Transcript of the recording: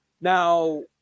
Now